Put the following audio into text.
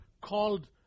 called